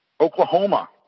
Oklahoma